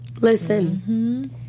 listen